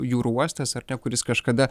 jūrų uostas ar ne kuris kažkada